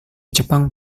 jepang